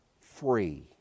free